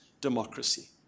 democracy